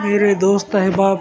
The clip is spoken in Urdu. میرے دوست احباب